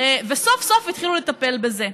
סוף-סוף התחילו לטפל בזה.